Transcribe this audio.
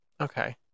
okay